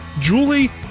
Julie